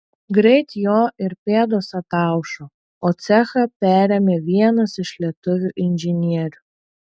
greit jo ir pėdos ataušo o cechą perėmė vienas iš lietuvių inžinierių